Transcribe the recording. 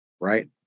Right